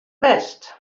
west